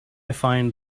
find